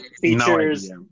features